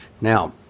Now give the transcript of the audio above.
Now